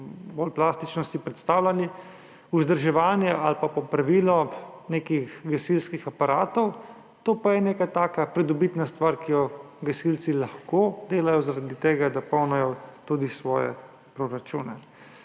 bolj plastično predstavljali, vzdrževanje ali popravilo nekih gasilskih aparatov, to pa je neka taka pridobitna stvar, ki jo gasilci lahko delajo zaradi tega, da polnijo tudi svoje proračune.